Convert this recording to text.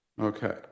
Okay